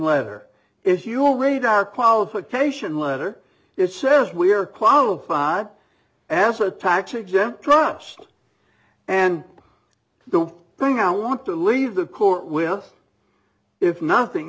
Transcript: leather if you read our qualification letter it says we are qualified as a tax exempt trustee and the one thing i want to leave the court with if nothing